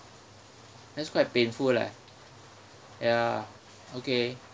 that's quite painful leh ya okay